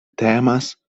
temas